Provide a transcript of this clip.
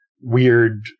weird